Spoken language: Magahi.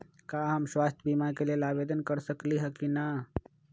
का हम स्वास्थ्य बीमा के लेल आवेदन कर सकली ह की न?